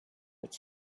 its